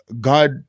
God